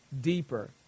deeper